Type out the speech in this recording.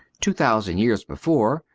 two thousand years before,